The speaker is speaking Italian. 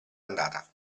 andata